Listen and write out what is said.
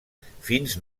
fins